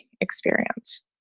experience